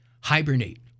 Hibernate